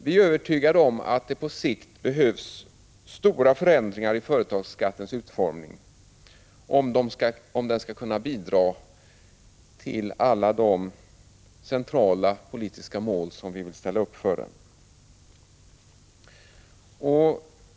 Vi är övertygade om att det på sikt behövs stora förändringar i företagsskattens utformning om den skall kunna bidra till att nå alla de centrala politiska mål vi vill ställa upp för den.